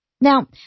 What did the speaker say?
Now